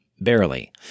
Barely